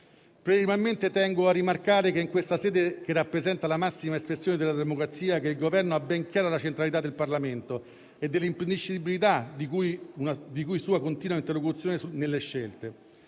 tengo a rimarcare in questa sede, che rappresenta la massima espressione della democrazia, che il Governo ha ben chiara la centralità del Parlamento e della imprescindibilità di una sua continua interlocuzione nelle scelte.